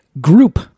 group